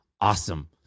awesome